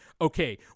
Okay